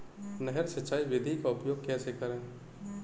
नहर सिंचाई विधि का उपयोग कैसे करें?